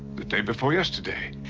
the day before yesterday.